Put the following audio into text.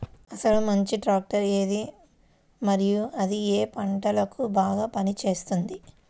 అసలు మంచి ట్రాక్టర్ ఏది మరియు అది ఏ ఏ పంటలకు బాగా పని చేస్తుంది?